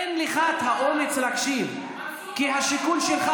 אין לך האומץ להקשיב, מנסור, אתה כל הזמן